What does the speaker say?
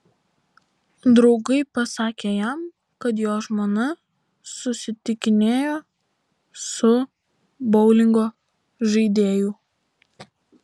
draugai pasakė jam kad jo žmona susitikinėjo su boulingo žaidėju